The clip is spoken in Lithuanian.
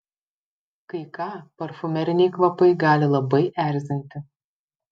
kai ką parfumeriniai kvapai gali labai erzinti